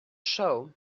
show